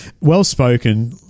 Well-spoken